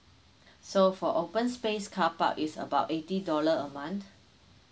so for open space cark park is about eighty dollar a month